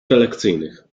prelekcyjnych